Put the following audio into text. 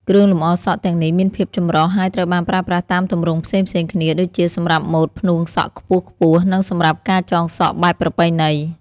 គ្រឿងលម្អសក់ទាំងនេះមានភាពចម្រុះ ហើយត្រូវបានប្រើប្រាស់តាមទម្រង់ផ្សេងៗគ្នាដូចជា សម្រាប់ម៉ូដផ្នួងសក់ខ្ពស់ៗ និងសម្រាប់ការចងសក់បែបប្រពៃណី។